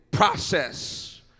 process